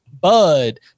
bud